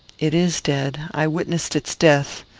it is dead. i witnessed its death.